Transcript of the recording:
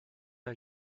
der